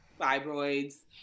fibroids